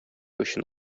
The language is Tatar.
өчен